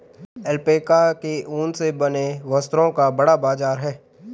alpaca के ऊन से बने वस्त्रों का बड़ा बाजार है